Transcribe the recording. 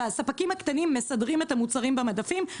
והספקים הקטנים מסדרים את המוצרים במדפים.